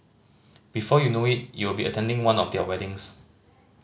before you know it you'll be attending one of their weddings